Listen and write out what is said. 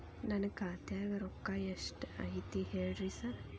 ನನ್ ಖಾತ್ಯಾಗ ರೊಕ್ಕಾ ಎಷ್ಟ್ ಐತಿ ಹೇಳ್ರಿ ಸಾರ್?